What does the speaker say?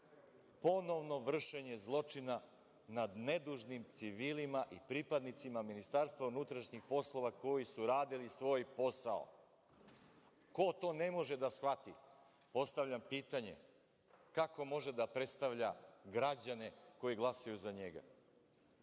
ponovno vršenja zločina nad nedužnim civilima i pripadnicima MUP-a koji su radili svoj posao. Ko to ne može da shvati, postavljam pitanje, kako može da predstavlja građane koji glasaju za njega?